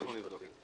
אנחנו נבדוק.